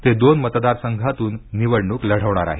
ते दोन मतदारसंघांतून निवडणूक लढवणार आहेत